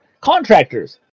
contractors